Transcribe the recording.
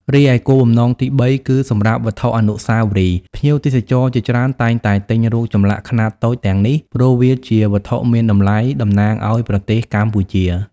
រីឯគោលបំណង ទីបី គឺសម្រាប់ វត្ថុអនុស្សាវរីយ៍ ភ្ញៀវទេសចរជាច្រើនតែងតែទិញរូបចម្លាក់ខ្នាតតូចទាំងនេះ ព្រោះវាជាវត្ថុមានតម្លៃតំណាងឱ្យប្រទេសកម្ពុជា។